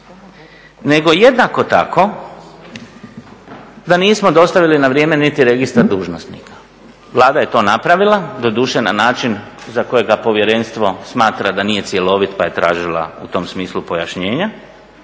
2011.nego jednako tako da nismo dostavili na vrijeme niti registar dužnosnika. Vlada je to napravila doduše na način za kojega povjerenstvo smatra da nije cjelovit pa je tražila u tom smislu pojašnjenja,